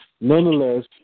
nonetheless